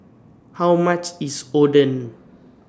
How much IS Oden